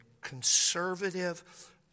conservative